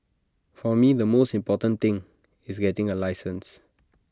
for me the most important thing is getting A license